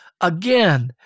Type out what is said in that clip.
again